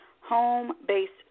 home-based